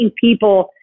people